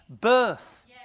birth